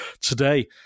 today